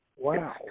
Wow